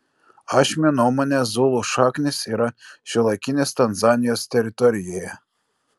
ašmio nuomone zulų šaknys yra šiuolaikinės tanzanijos teritorijoje